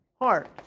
heart